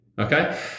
Okay